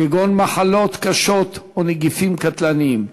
כגון מחלות קשות או נגיפים קטלניים,